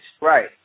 Right